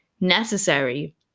necessary